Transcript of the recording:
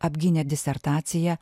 apgynė disertaciją